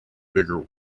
bigger